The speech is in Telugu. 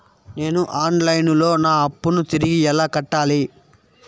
నేను ఆన్ లైను లో నా అప్పును తిరిగి ఎలా కట్టాలి?